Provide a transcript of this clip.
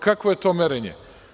Kakvo je to merenje?